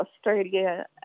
Australia